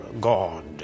God